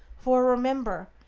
for, remember,